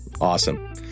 Awesome